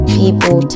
people